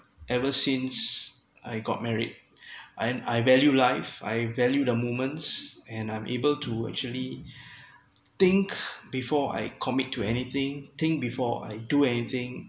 ever since I got married and I value life I value the moments and I'm able to actually think before I commit to anything think before I do anything